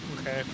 Okay